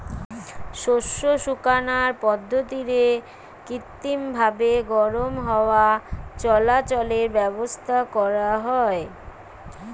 শস্য শুকানার পদ্ধতিরে কৃত্রিমভাবি গরম হাওয়া চলাচলের ব্যাবস্থা করা হয়